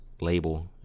label